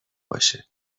باشه